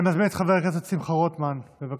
אני מזמין את חבר הכנסת שמחה רוטמן, בבקשה.